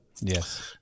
Yes